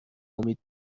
امید